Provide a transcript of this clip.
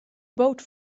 boot